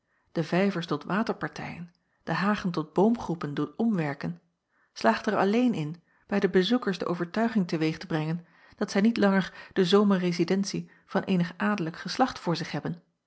de vijvers tot waterpartijen de hagen tot boomgroepen doet omwerken slaagt er alleen in bij de bezoekers de overtuiging te-weeg te brengen dat zij niet langer de zomerrezidentie van eenig adellijk geslacht voor zich hebben